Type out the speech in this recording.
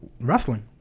wrestling